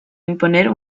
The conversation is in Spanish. imponer